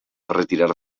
retirar